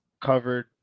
covered